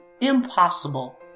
impossible